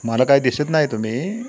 मला काय दिसत नाही तुम्ही